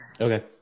Okay